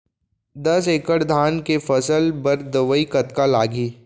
दस एकड़ धान के फसल बर दवई कतका लागही?